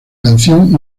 canción